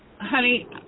Honey